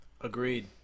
Agreed